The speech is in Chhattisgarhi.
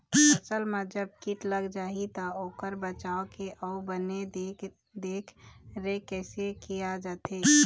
फसल मा जब कीट लग जाही ता ओकर बचाव के अउ बने देख देख रेख कैसे किया जाथे?